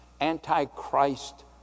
antichrist